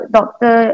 Doctor